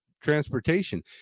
transportation